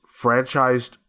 franchised